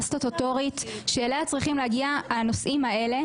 סטטוטורית שאליה צריכים להגיע הנושאים האלה,